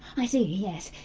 i see. yes.